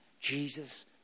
Jesus